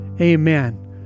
Amen